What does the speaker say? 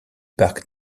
parc